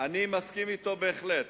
אני מסכים אתו בהחלט,